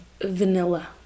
vanilla